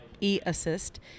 e-assist